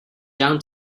down